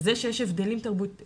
אנחנו כן יודעים שיש הבדלים תרבותיים.